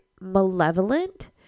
malevolent